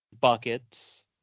buckets